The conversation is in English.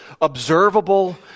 observable